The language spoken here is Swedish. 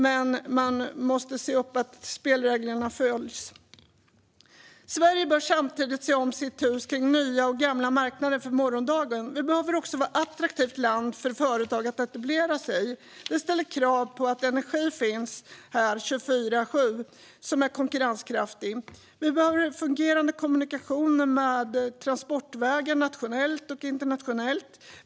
Men man måste se upp och se till att spelreglerna följs. Sverige bör samtidigt se om sitt hus kring nya och gamla marknader för morgondagen. Vi behöver också vara ett attraktivt land för företag att etablera sig i. Det ställer krav på energi som finns här 24:7 och som är konkurrenskraftig. Vi behöver fungerande kommunikationer med transportvägar nationellt och internationellt.